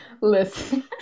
Listen